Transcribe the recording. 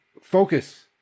Focus